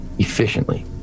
efficiently